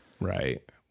Right